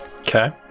Okay